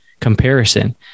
comparison